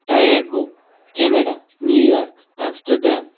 Tokyo Canada New York Amsterdam